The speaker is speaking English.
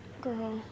Girl